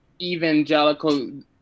evangelical